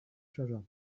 treasure